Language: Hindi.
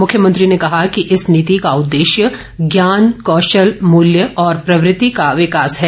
मुख्यमंत्री ने कहा कि इस नीति का उद्देश्य ज्ञान कौशल मूल्य और प्रवृति का विकास है